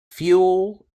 fuel